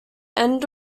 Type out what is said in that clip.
end